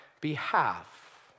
behalf